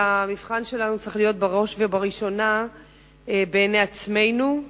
אלא המבחן שלנו צריך להיות בראש ובראשונה בעיני עצמנו.